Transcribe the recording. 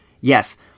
Yes